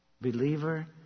Believer